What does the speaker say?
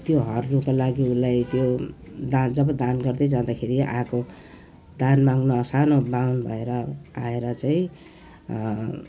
त्यो हर्नको लागि उसलाई त्यो दान जब दान गर्दै जाँदाखेरि आएको दान माग्नु आउँछ सानो बाहुन भएर आएर चाहिँ